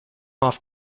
off